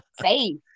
safe